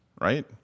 right